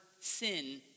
sin